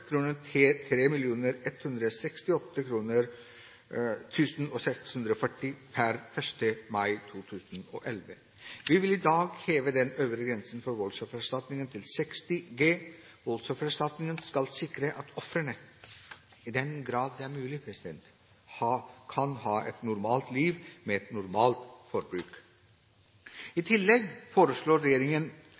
per 1. mai 2011. Vi vil i dag heve den øvre grensen for voldsoffererstatning til 60 G. Voldsoffererstatningen skal sikre at ofrene, i den grad det er mulig, kan ha et normalt liv med et normalt forbruk. I tillegg foreslår regjeringen